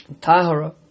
Tahara